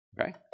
Okay